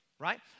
right